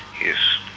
yes